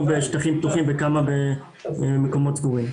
בשטחים פתוחים וכמה במקומות סגורים.